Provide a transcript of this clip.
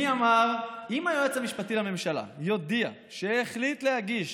מי אמר: אם היועץ המשפטי לממשלה יודיע שהחליט להגיש